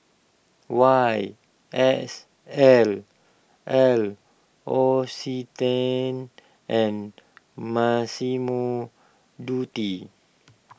Y S L L Occitane and Massimo Dutti